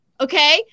Okay